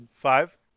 Five